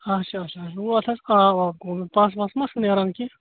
اچھا اچھا اچھا گَو اَتھ آسہِ آب واب گوٚمُت پَس وَس ما چھُ نیران کیٚنٛہہ